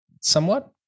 somewhat